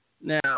Now